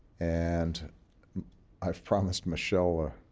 and i've promised michelle ah